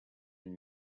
and